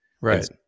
right